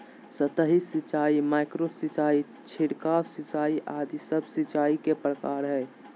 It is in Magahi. सतही सिंचाई, माइक्रो सिंचाई, छिड़काव सिंचाई आदि सब सिंचाई के प्रकार हय